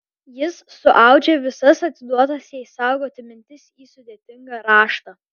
jis suaudžia visas atiduotas jai saugoti mintis į sudėtingą raštą